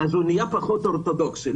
הוא נהיה פחות אורתודוכסי.